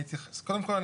אז קודם כל,